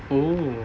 oo